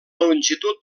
longitud